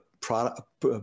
product